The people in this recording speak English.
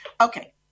Okay